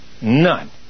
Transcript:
None